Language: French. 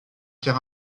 qu’un